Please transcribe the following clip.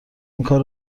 اینکار